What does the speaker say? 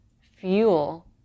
fuel